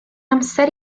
amser